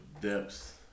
depths